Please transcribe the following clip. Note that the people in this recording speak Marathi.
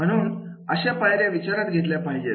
म्हणून अशा पायऱ्या विचारात घेतल्या पाहिजेत